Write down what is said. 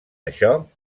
això